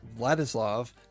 Vladislav